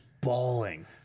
bawling